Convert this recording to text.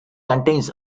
contains